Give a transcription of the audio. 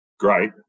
Great